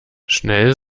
schnell